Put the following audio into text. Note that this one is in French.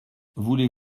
voulez